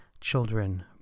Children